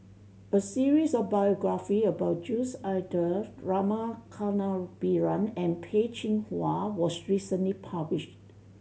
a series of biography about Jules Itier Rama Kannabiran and Peh Chin Hua was recently published